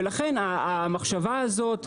ולכן המחשב הזאת,